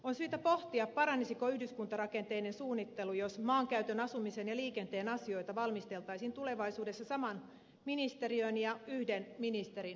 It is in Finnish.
on syytä pohtia paranisiko yhdyskuntarakenteiden suunnittelu jos maankäytön asumisen ja liikenteen asioita valmisteltaisiin tulevaisuudessa saman ministeriön ja yhden ministerin alaisuudessa